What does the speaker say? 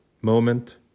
moment